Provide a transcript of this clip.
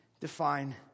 Define